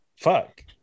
Fuck